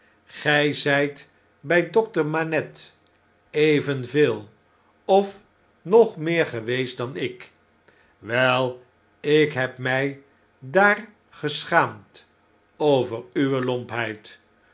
gy zijt by dokter manette evenveel of nog meer geweest dan ik wei ik heb mjj daar geschaamd over uwe